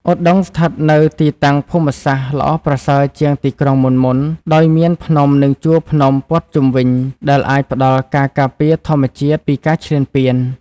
ឧដុង្គស្ថិតនៅទីតាំងភូមិសាស្ត្រល្អប្រសើរជាងទីក្រុងមុនៗ ដោយមានភ្នំនិងជួរភ្នំព័ទ្ធជុំវិញ ដែលអាចផ្តល់ការការពារធម្មជាតិពីការឈ្លានពាន។